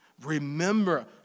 Remember